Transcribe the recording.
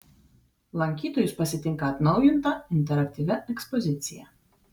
lankytojus pasitinka atnaujinta interaktyvia ekspozicija